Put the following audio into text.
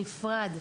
בנפרד.